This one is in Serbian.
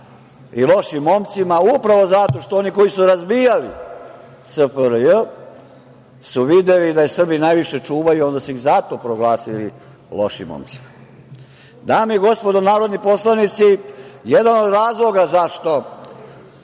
i lošim momcima upravo zato što oni koji su razbijali SFRJ su videli da je Srbi najviše čuvaju onda su ih zato proglasili lošim momcima. Dame i gospodo narodni poslanici, jedan od razloga zašto